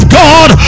god